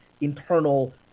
internal